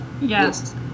Yes